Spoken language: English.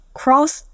cross